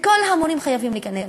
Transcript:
וכל המורים חייבים להיכנס.